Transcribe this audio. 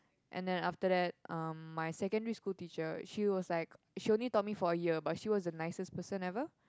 and then after that um my secondary teacher she was like she only taught me for a year but she was the nicest person ever